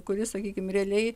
kuris sakykim realiai